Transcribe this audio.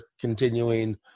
continuing